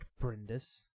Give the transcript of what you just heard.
Brindis